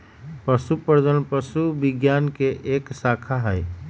पशु प्रजनन पशु विज्ञान के एक शाखा हई